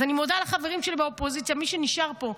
אז אני מודה לחברים שלי באופוזיציה, למי שנשאר פה,